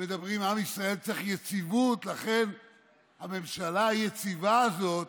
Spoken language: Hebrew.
הם מדברים שעם ישראל צריך יציבות ולכן הממשלה היציבה הזאת